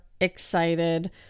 excited